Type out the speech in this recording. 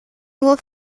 nur